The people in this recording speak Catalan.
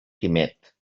quimet